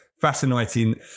fascinating